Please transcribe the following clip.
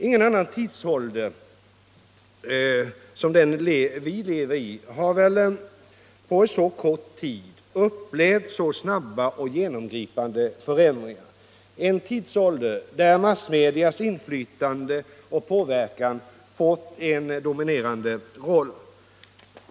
Ingen annan tidsålder har väl på så kort tid som den vi lever i upplevt så snabba och genomgripande förändringar — en tidsålder där massmediernas inflytande och påverkan fått en dominerande roll.